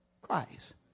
Christ